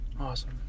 Awesome